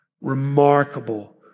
remarkable